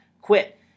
quit